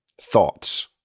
thoughts